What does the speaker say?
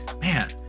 man